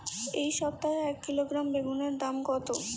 এই সপ্তাহে এক কিলোগ্রাম বেগুন এর দাম কত?